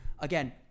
Again